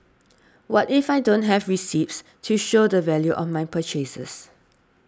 what if I don't have receipts to show the value of my purchases